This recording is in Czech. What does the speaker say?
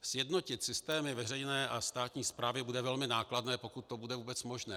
Sjednotit systémy veřejné a státní správy bude velmi nákladné, pokud to bude vůbec možné.